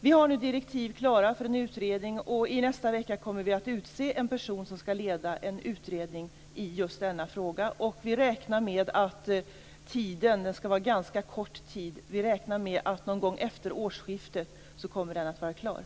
Vi har nu direktiv klara för en utredning, och i nästa vecka kommer vi att utse en person som skall leda en utredning i just denna fråga. Det skall vara ganska kort tid, och vi räknar med att utredningen kommer att vara klar någon gång efter årsskiftet.